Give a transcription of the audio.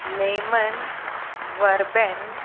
lemon verbena